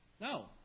No